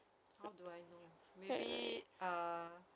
how do I know maybe ah